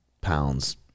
pounds